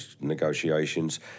negotiations